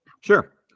Sure